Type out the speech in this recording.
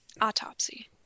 Autopsy